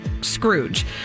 Scrooge